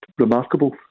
remarkable